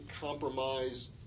compromise